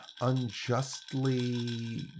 unjustly